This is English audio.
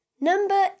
number